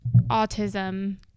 autism